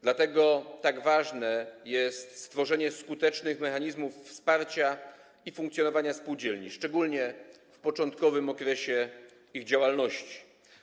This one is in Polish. Dlatego tak ważne jest stworzenie skutecznych mechanizmów wsparcia funkcjonowania spółdzielni, szczególnie w początkowym okresie ich działalności.